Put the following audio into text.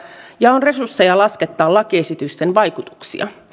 ja on resursseja laskettaa lakiesitysten vaikutuksia